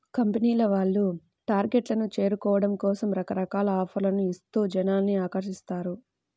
కంపెనీల వాళ్ళు టార్గెట్లను చేరుకోవడం కోసం రకరకాల ఆఫర్లను ఇస్తూ జనాల్ని ఆకర్షిస్తారు